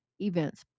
events